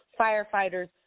Firefighters